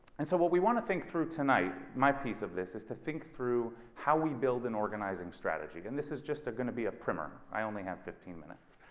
and so what we want to think through tonight my piece of this is to think through how we build an organizing strategy. and this is just going to be a primer. i only have fifteen minutes.